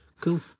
Cool